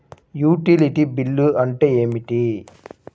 Utility bill అంటే ఏమిటి?